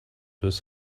his